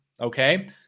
Okay